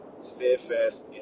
steadfast